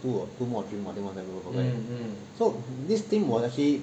two more or three more so this team was actually